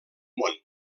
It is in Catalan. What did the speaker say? món